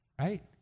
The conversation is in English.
Right